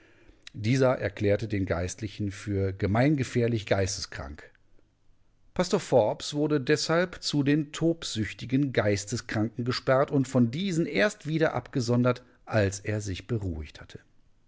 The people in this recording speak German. dieser erklärte den geistlichen für gemeingefährlich geisteskrank pastor forbes wurde deshalb zu den tobsüchtigen geisteskranken gesperrt und von diesen erst wieder abgesondert als er sich beruhigt hatte